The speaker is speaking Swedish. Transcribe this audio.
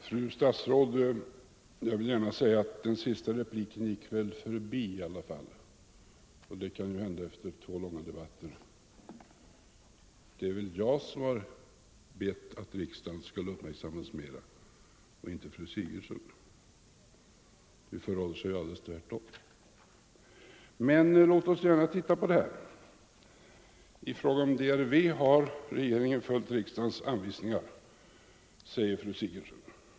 Herr talman! Den senaste repliken gick väl förbi i alla fall, fru statsråd. Det kan ju hända efter två långa debatter. Det är väl jag som har bett att riksdagen skall uppmärksammas mera och inte fru Sigurdsen. Det förhåller sig alltså alldeles tvärtom. Men låt oss gärna titta på detta i annat sammanhang. I fråga om DRV har regeringen följt riksdagens anvisningar, säger fru Sigurdsen.